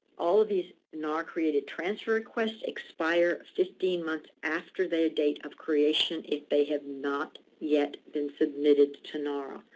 all of these nara created transfer requests expire fifteen months after their date of creation if they have not yet been submitted to nara.